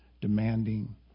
demanding